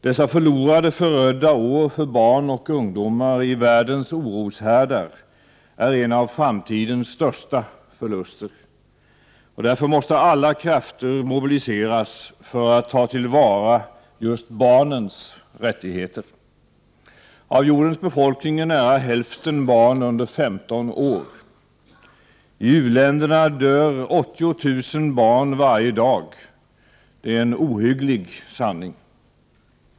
Dessa förlorade, förödda år för barn och ungdomar i världens oroshärdar är en av framtidens största förluster. Därför måste alla krafter mobiliseras för att ta till vara just barnens rättigheter. Av jordens befolkning är nära hälften barn under 15 år. I u-länderna dör 80 000 barn varje dag. Det är en ohygglig sanning.